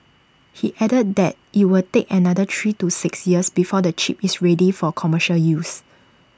he added that IT will take another three to six years before the chip is ready for commercial use